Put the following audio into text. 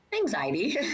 Anxiety